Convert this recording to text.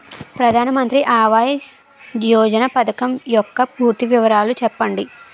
ప్రధాన మంత్రి ఆవాస్ యోజన పథకం యెక్క పూర్తి వివరాలు చెప్పండి?